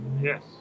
Yes